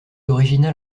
original